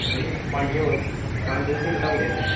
तुसेंगी पंज होर पंज तुसेंगी घटाई ओड़ेआ में